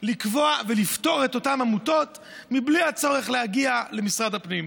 לקבוע ולפטור את אותן עמותות בלי הצורך להגיע למשרד הפנים.